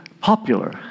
popular